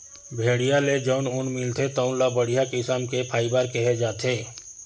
भेड़िया ले जउन ऊन मिलथे तउन ल बड़िहा किसम के फाइबर केहे जाथे